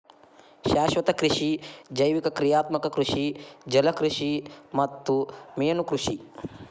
ಶಾಶ್ವತ ಕೃಷಿ ಜೈವಿಕ ಕ್ರಿಯಾತ್ಮಕ ಕೃಷಿ ಜಲಕೃಷಿ ಮತ್ತ ಮೇನುಕೃಷಿ